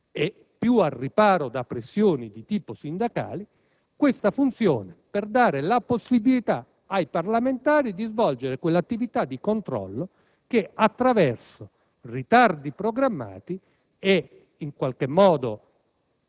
più al riparo da pressioni di tipo sindacale. Questo al fine di dare la possibilità ai parlamentari di svolgere quell'attività di controllo che, attraverso ritardi programmati e in qualche modo